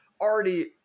already